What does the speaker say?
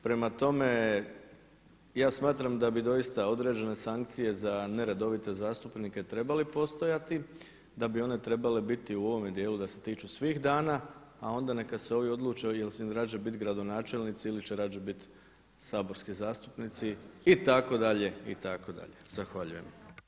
Prema tome, ja smatram da bi doista određene sankcije za neredovite zastupnike trebale postojati, da bi one trebale biti u ovome dijelu da se tiču svih dana a onda neka se ovi odluče da li će radije biti gradonačelnici ili će radije biti saborskih zastupnici itd Zahvaljujem.